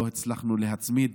ולא הצלחנו להצמיד